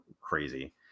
crazy